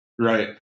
right